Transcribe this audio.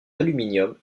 aluminium